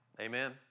Amen